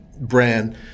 brand